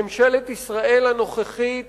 ממשלת ישראל הנוכחית